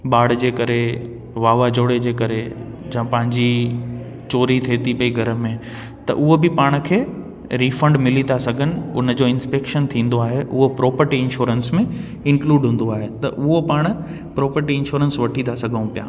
बाड़ जे करे वावा जोड़े जे करे या पंहिंजी चोरी थिए थी पई घर में त उहो बि पाण खे रिफंड मिली ता सघनि उन जो इन्सपेक्शन थींदो आहे उहो प्रोपटी इंश्योरेंस में इनक्लूड हूंदो आहे त उहो पाण प्रोपटी इंश्योरेंस वठी था सघूं पिया